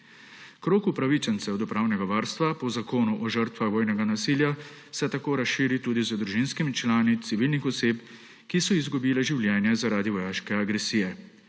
Krog upravičencev do pravnega varstva po Zakonu o žrtvah vojnega nasilja se tako razširi tudi z družinskimi člani civilnih oseb, ki so izgubile življenje zaradi vojaške agresija.